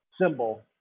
symbol